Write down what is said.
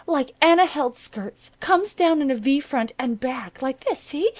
like anna held's skirts. comes down in a v front and back like this. see?